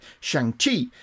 Shang-Chi